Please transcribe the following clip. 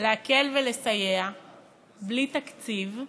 להקל ולסייע בלי תקציב,